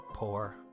Poor